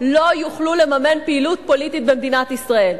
לא יוכלו לממן פעילות פוליטית במדינת ישראל.